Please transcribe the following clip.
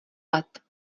let